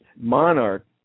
Monarch